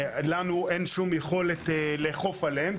לנו אין שום יכולת לאכוף עליהן,